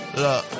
look